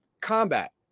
combat